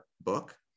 book